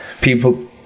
people